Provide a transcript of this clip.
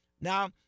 Now